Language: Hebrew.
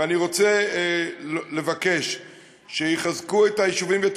ואני רוצה לבקש שיחזקו את היישובים ואת